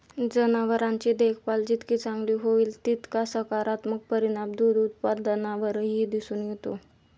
जनावरांची देखभाल जितकी चांगली होईल, तितका सकारात्मक परिणाम दूध उत्पादनावरही दिसून येतो